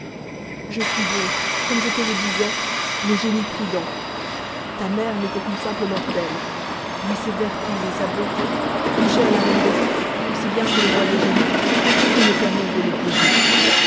je suis donc comme je te le disais le génie prudent ta mère n'était qu'une simple mortelle mais ses vertus et sa beauté touchèrent la reine des fées aussi bien que le roi des génies et ils me permirent de